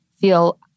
feel